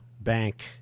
bank